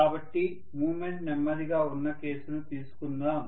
కాబట్టి మూమెంట్ నెమ్మదిగా ఉన్న కేసును తీసుకుందాం